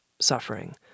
suffering